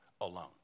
alone